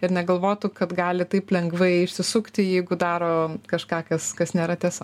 ir negalvotų kad gali taip lengvai išsisukti jeigu daro kažką kas kas nėra tiesa